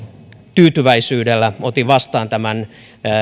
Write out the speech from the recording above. tyytyväisyydellä otin vastaan tämän